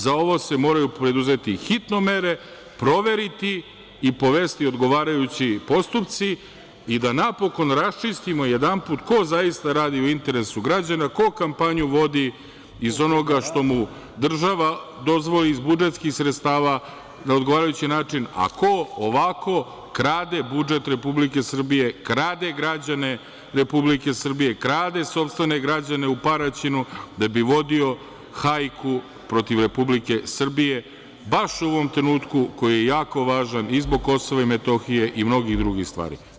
Za ovo se moraju preduzeti hitno mere, proveriti i povesti odgovarajući postupci i da napokon raščistimo ko zaista radi u interesu građana, ko kampanju vodi iz onoga što mu država dozvoli, iz budžetskih sredstava na odgovarajući način, a ko ovako krade budžet Republike Srbije, krade građane Republike Srbije, krade sopstvene građane u Paraćinu da bi vodio hajku protiv Republike Srbije baš u ovom trenutku koji je jako važan i zbog KiM i zbog mnogih drugih stvari.